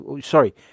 sorry